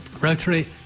Rotary